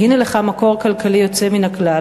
והנה לך מקור כלכלי יוצא מן הכלל.